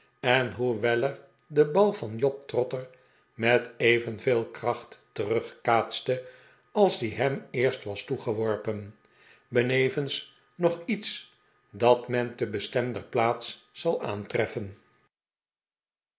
en hoe weller den bal van job trotter met evenveel kracht terugkaatste als die hem eerst was toegeworpen benevens nog lets dat men te bestemder plaatse zal aantreffen